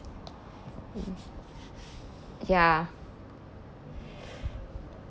ya